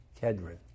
Kedron